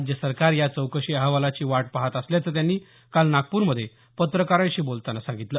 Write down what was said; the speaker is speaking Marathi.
राज्य सरकार या चौकशी अहवालाची वाट पहात असल्याचं त्यांनी काल नागपूरमधे पत्रकारांशी बोलताना सांगितलं